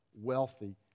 wealthy